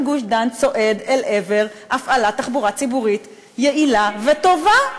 גוש-דן צועדת אל עבר הפעלת תחבורה ציבורית יעילה וטובה.